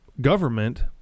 government